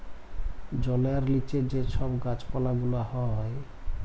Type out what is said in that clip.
জলের লিচে যে ছব গাহাচ পালা গুলা হ্যয়